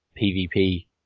PVP